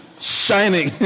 Shining